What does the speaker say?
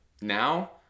now